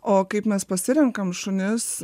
o kaip mes pasirenkam šunis